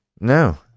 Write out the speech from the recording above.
No